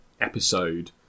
episode